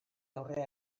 aurre